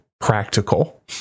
practical